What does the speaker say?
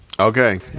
Okay